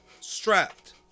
strapped